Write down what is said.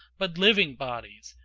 but living bodies,